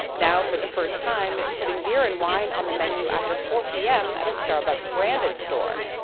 now for the first time it's putting beer and wine on the menu after four p m. at a starbucks-branded store.